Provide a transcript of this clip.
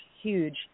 huge